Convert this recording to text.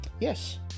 yes